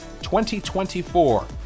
2024